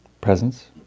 Presence